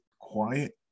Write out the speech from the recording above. quiet